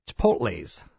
Chipotle's